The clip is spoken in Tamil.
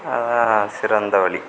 அதுதான் சிறந்த வழி